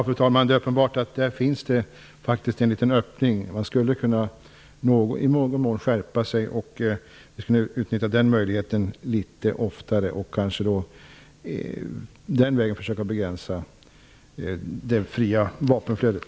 Fru talman! Det är uppenbart att det där finns en liten öppning. Man skulle i någon mån kunna skärpa sig och utnyttja den möjligheten litet oftare för att den vägen försöka begränsa det fria vapenflödet.